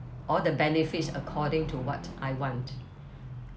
all the benefits according to what I want